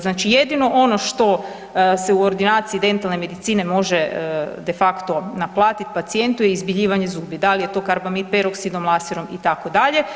Znači jedino ono što se u ordinaciji dentalne medicine može de facto naplatit pacijentu je izbjeljivanje zubi, dal je to karbamid peroksidom, laserom itd.